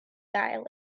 gael